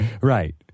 Right